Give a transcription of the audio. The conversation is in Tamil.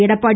எடப்பாடி